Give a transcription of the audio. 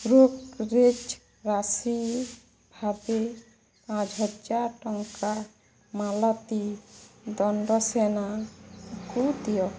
brokerage ରାଶି ଭାବେ ପାଞ୍ଚହଜାର ଟଙ୍କା ମାଳତୀ ଦଣ୍ଡସେନାକୁ ଦିଅ